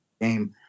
game